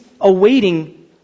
awaiting